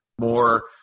more